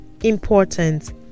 important